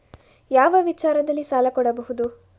ಯಾವ ವಿಚಾರದಲ್ಲಿ ಸಾಲ ಕೊಡಬಹುದು?